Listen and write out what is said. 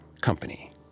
company